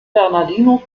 bernardino